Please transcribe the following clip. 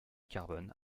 carbone